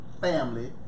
family